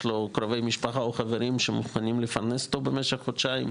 יש קרובי משפחה או חברים שמוכנים לפרנס אותו חודשיים.